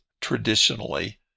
traditionally